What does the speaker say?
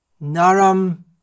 naram